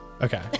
Okay